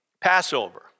Passover